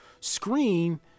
screen